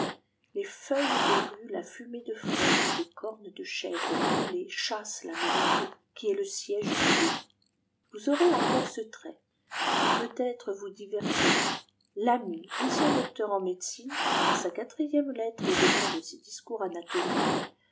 les feuilles de rue la fumée de frêne et de cornes de chèvres brûlées chassent la mélancolie qui est le siège du démon vous aurez encore ce trait qui peut-être vous divertira lamy ancien docteur en médecine dans sa quatrième let tre au devant de ses discours jinatomiques